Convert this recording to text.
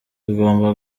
tugomba